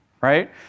right